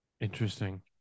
Interesting